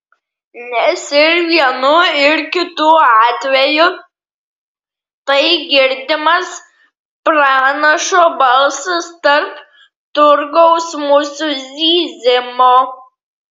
nes ir vienu ir kitu atveju tai girdimas pranašo balsas tarp turgaus musių zyzimo